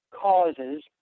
causes